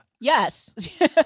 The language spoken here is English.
Yes